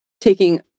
taking